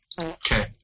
Okay